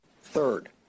Third